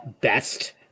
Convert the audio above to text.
best